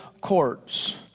courts